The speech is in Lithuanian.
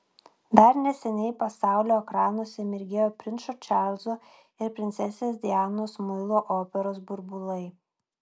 dar neseniai pasaulio ekranuose mirgėjo princo čarlzo ir princesės dianos muilo operos burbulai